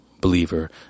believer